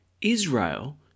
Israel